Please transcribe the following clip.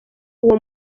uwo